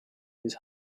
his